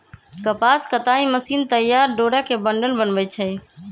कपास कताई मशीन तइयार डोरा के बंडल बनबै छइ